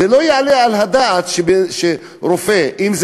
אני אשיב.